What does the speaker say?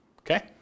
Okay